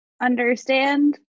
understand